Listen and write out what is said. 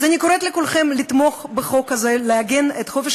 אני קוראת לכולכם לתמוך בחוק הזה ולעגן את חופש